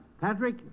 Patrick